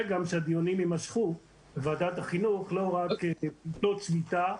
שהדיונים יימשכו בוועדת החינוך ולא רק בגלל שביתה.